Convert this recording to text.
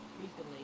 recently